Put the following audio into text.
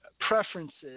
preferences